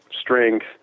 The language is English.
strength